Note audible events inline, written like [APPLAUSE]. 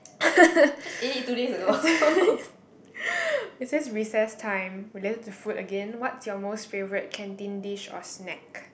[LAUGHS] it says recess time related to food again what's your favourite canteen dish or snack